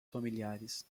familiares